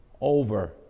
over